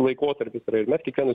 laikotarpis yra ir mes kiekvienu